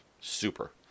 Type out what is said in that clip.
super